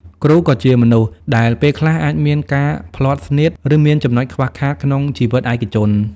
គ្រូក៏ជាមនុស្ស ដែលពេលខ្លះអាចមានការភ្លាត់ស្នៀត ឬមានចំណុចខ្វះខាតក្នុងជីវិតឯកជន។